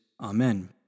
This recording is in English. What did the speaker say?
Amen